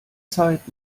zeit